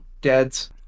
dads